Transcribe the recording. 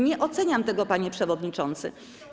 Nie oceniam tego, panie przewodniczący.